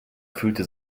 fühlte